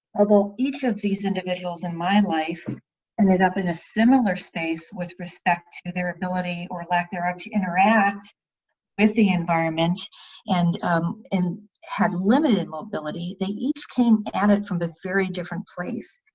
although each of these individuals in my life ended up in a similar space with respect to their ability or lack thereof to interact with the environment and had limited mobility, they each came at it from a very different place.